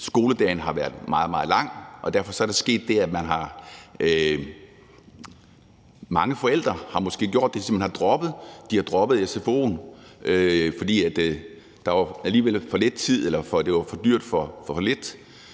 skoledagen har været meget, meget lang. Derfor er der sket det, at mange forældre måske har gjort det, at de simpelt hen har droppet sfo'en, fordi der alligevel var for lidt tid, altså det var for dyrt for for